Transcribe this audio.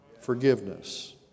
Forgiveness